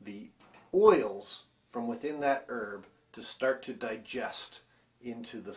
the oils from within that herb to start to digest into the